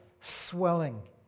swelling